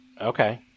Okay